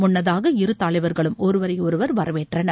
முன்னதாக இரு தலைவர்களும் ஒருவரை ஒருவர் வரவேற்றனர்